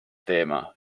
teema